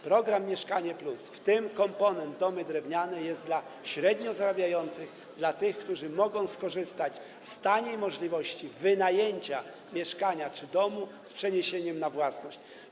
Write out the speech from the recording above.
Program „Mieszkanie+”, w tym komponent domy drewniane, jest dla średnio zarabiających, dla tych, którzy mogą skorzystać z możliwości taniego wynajęcia mieszkania czy domu z przeniesieniem na własność.